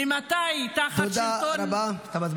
ממתי תחת שלטון --- תודה רבה.